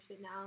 now